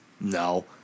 No